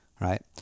right